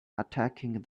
attacking